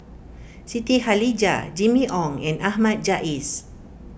Siti Khalijah Jimmy Ong and Ahmad Jais